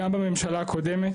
גם בממשלה הקודמת,